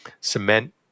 cement